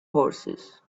horses